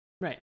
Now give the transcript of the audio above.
Right